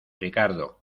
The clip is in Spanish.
ricardo